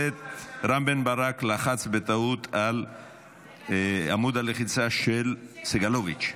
רם בן ברק לחץ בטעות על עמוד הלחיצה של סגלוביץ'.